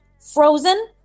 Frozen